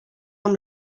amb